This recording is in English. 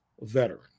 veteran